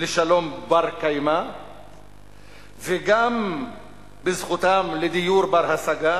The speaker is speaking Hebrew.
לשלום בר-קיימא וגם בזכותם לדיור בר-השגה